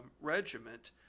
regiment